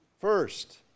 First